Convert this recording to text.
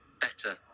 better